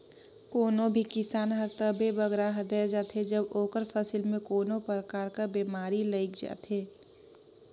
कोनो भी किसान हर तबे बगरा हदेर जाथे जब ओकर फसिल में कोनो परकार कर बेमारी लइग जाथे